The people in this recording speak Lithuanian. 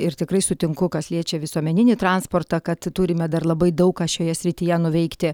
ir tikrai sutinku kas liečia visuomeninį transportą kad turime dar labai daug ką šioje srityje nuveikti